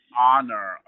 honor